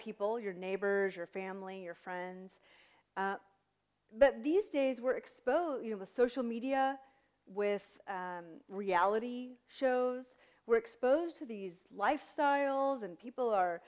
people your neighbors your family your friends but these days we're exposed in the social media with reality shows we're exposed to these lifestyles and people are